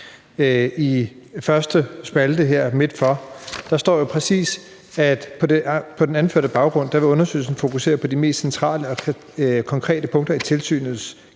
i første spalte, midtfor, står der præcis: »På den anførte baggrund vil undersøgelsen fokusere på de mest centrale og konkrete punkter i Tilsynet